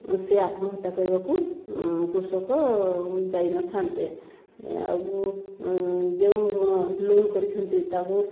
ସେ ଆତ୍ମହତ୍ୟା କରିବାକୁ କୃଷକ ଯାଇ ନ ଥାନ୍ତେ ଆଉ ଯେଉଁ ଋଣ ଲୋନ୍ କରିଛନ୍ତି ତାକୁ